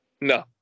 No